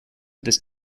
this